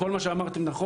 כל מה שאמרתם הוא נכון,